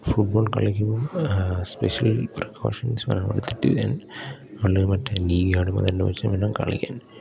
football കളിക്കുമ്പോൾ special precautions അല്ലേ മറ്റേ യൂസ് ചെയ്തിട്ട് വേണം കളിക്കാൻ